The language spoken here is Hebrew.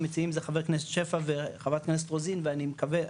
המציעים זה חבר הכנסת שפע וחברת הכנסת רוזין ואני מקווה,